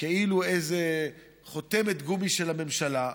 כאילו היא איזה חותמת גומי של הממשלה,